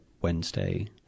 wednesday